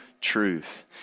truth